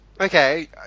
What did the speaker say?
okay